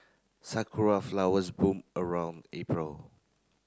Sakura flowers bloom around April